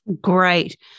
Great